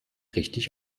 richtig